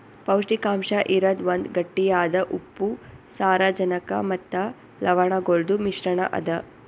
ಪೌಷ್ಟಿಕಾಂಶ ಇರದ್ ಒಂದ್ ಗಟ್ಟಿಯಾದ ಉಪ್ಪು, ಸಾರಜನಕ ಮತ್ತ ಲವಣಗೊಳ್ದು ಮಿಶ್ರಣ ಅದಾ